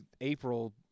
April